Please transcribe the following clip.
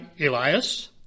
Elias